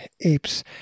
apes